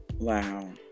Wow